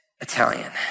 Italian